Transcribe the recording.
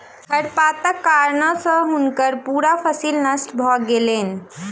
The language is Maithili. खरपातक कारणें हुनकर पूरा फसिल नष्ट भ गेलैन